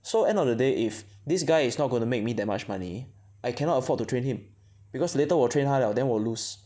so end of the day if this guy is not going to make me that much money I cannot afford to train him because later 我 train 他 liao later then 我 lose